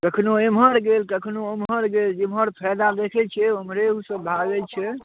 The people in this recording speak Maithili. कखनो एम्हर गेल कखनो ओम्हर गेल जेम्हर फाइदा देखै छै ओम्हरे ओसब भागै छै